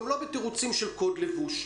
גם לא בתירוצים של קוד לבוש.